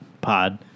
pod